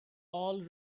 all